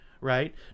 Right